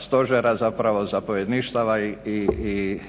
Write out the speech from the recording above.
stožera zapravo, zapovjedništava i